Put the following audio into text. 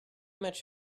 much